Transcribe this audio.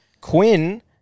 Quinn